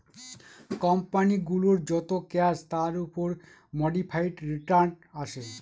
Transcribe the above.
company গুলোর যত cash তার উপর মোডিফাইড রিটার্ন আসে